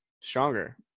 stronger